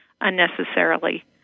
unnecessarily